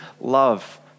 Love